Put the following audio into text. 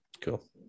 Cool